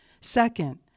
Second